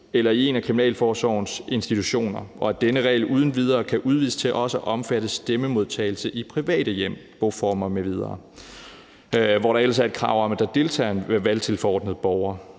eller i en af kriminalforsorgens institutioner, og at denne regel uden videre kan udvides til også at omfatte stemmemodtagelse i private hjem, boformer m.v., hvor der ellers er et krav om, at der deltager en valgtilforordnet borger.